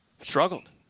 struggled